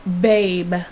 Babe